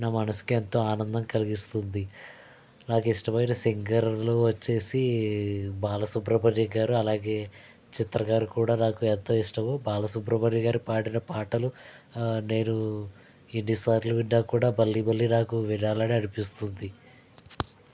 నా మనసుకు ఎంతో ఆనందం కలిగిస్తుంది నాకు ఇష్టమైన సింగర్లు వచ్చి బాలసుబ్రమణ్యం గారు అలాగే చిత్ర గారు కూడా నాకు ఎంతో ఇష్టం బాలసుబ్రమణ్యం గారి పాడిన పాటలు ఎన్ని సార్లు విన్న కూడా నాకు మళ్ళీ మళ్ళీ వినాలని అనిపిస్తుంది